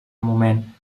moment